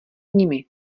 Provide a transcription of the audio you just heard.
nimi